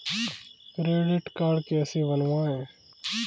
Credit card कैसे बनवाएँ?